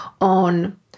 on